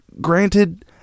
granted